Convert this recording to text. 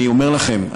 אני אומר לכם,